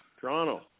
Toronto